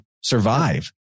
survive